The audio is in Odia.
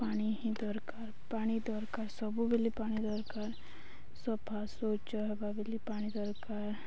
ପାଣି ହିଁ ଦରକାର ପାଣି ଦରକାର ସବୁବେଳେ ପାଣି ଦରକାର ସଫା ଶୌଚ ହେବା ବୋଲି ପାଣି ଦରକାର